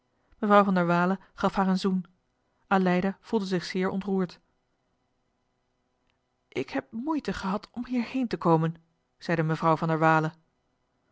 mevrouw van der waele gaf haar een zoen aleida voelde zich zeer ontroerd ik heb moeite gehad om hierheen te komen zeide mevrouw van der